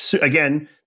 Again